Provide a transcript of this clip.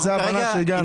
אבל זו ההבנה שהגענו אליה.